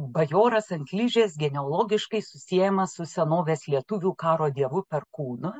bajoras ant ližės genealogiškai susiejamas su senovės lietuvių karo dievu perkūnu